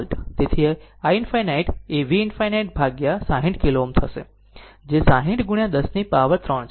તેથી i ∞ એ V 1 ∞ ભાગ્યા 60 કિલો Ω થશે જે 60 ગુણ્યા 10 ની પાવર 3 છે